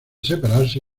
separarse